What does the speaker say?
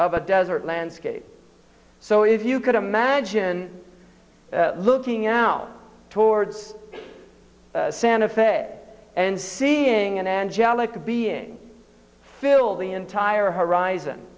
of a desert landscape so if you could imagine looking out towards santa fe and seeing an angelic being filled the entire horizon